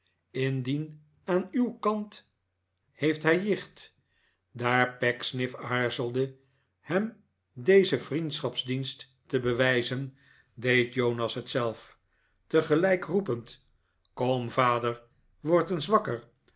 dien aan uw kant heeft hij jicht daar pecksniff aarzelde hem dezen vriendschapsdienst te bewijzen deed jonas het zelf tegelijk roepend kom vader word eens wakker